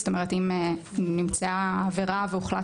זאת אומרת שאם נמצאה עבירה והוחלט